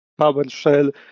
PowerShell